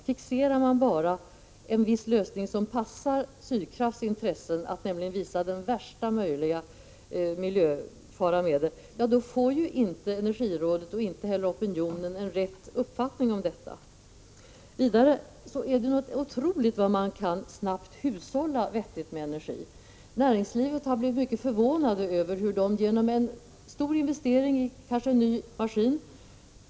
Låter vi oss fixeras vid en lösning som passar Sydkraft, där man visar på värsta möjliga miljöfaror, då får inte Energirådet och inte heller opinionen rätt uppfattning. Vidare är det otroligt hur snabbt man kan uppnå resultat med vettig energihushållning. Inom näringslivet har man blivit mycket förvånad.